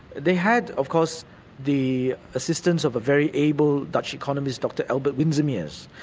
they had of course the assistance of a very able dutch economist dr albert winsemeers.